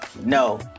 no